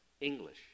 English